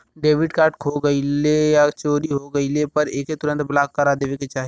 debit card खो गइल या चोरी हो गइले पर एके तुरंत ब्लॉक करा देवे के चाही